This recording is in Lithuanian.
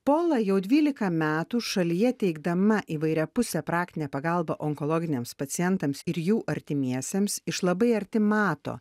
pola jau dvylika metų šalyje teikdama įvairiapusę praktinę pagalbą onkologiniams pacientams ir jų artimiesiems iš labai arti mato